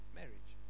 marriage